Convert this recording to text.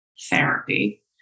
therapy